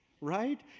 right